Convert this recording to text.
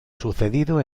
sucedido